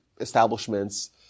establishments